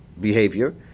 behavior